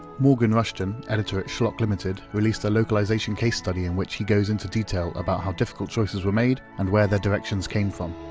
morgan rushton, editor at shloc limited, released a localization case study in which he goes into detail about how difficult choices were made and where their directions came from.